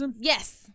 Yes